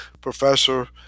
professor